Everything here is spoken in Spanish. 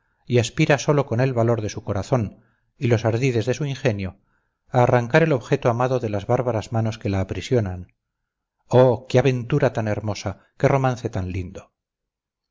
y aspira sólo con el valor de su corazón y los ardides de su ingenio a arrancar el objeto amado de las bárbaras manos que la aprisionan oh qué aventura tan hermosa qué romance tan lindo